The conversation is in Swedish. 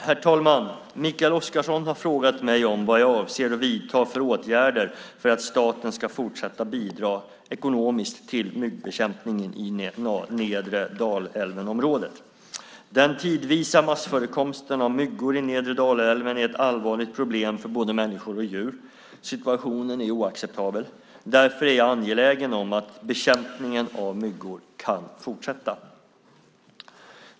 Herr talman! Mikael Oscarsson har frågat mig vad jag avser att vidta för åtgärder för att staten ska fortsätta bidra ekonomiskt till myggbekämpningen i nedre Dalälvenområdet. Den tidvisa massförekomsten av myggor vid nedre Dalälven är ett allvarligt problem för både människor och djur. Situationen är oacceptabel. Därför är jag angelägen om att bekämpningen av myggor kan fortsätta.